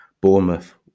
bournemouth